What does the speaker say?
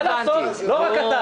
מה לעשות, לא רק אתה.